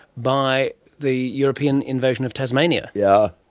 by the european invasion of tasmania. yeah